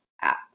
app